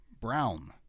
Brown